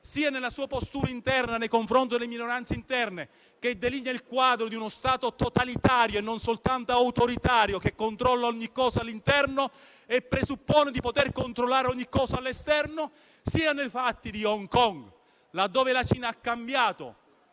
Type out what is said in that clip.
come nella sua postura interna nei confronti delle minoranze - che delinea il quadro di uno Stato totalitario e non soltanto autoritario, che controlla ogni cosa all'interno e presuppone di poter controllare ogni cosa all'esterno - nonché nei fatti di Hong Kong, dove la Cina ha cambiato